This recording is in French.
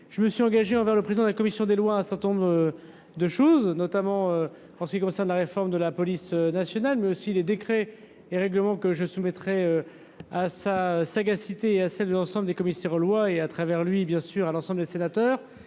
je me suis engagé envers le président de la commission des lois, ça tombe de choses, notamment en ce qui concerne la réforme de la police nationale, mais aussi les décrets et règlements que je soumettrai à sa sagacité, celle de l'ensemble des commissaires aux lois et à travers lui, bien sûr, à l'ensemble des sénateurs,